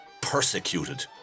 Persecuted